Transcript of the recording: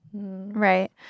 Right